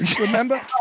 Remember